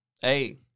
Hey